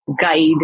guide